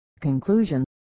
conclusion